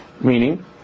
meaning